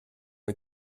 ont